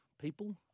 people